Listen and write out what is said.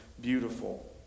beautiful